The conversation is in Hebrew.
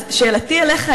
אז שאלתי אליך היא,